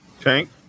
Tank